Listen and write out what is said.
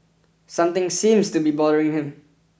something seems to be bothering him